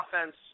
offense